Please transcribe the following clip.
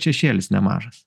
šešėlis nemažas